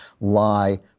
lie